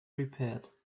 repaired